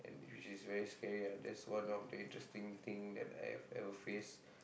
which is very scary ah that's one of the interesting thing that I have ever faced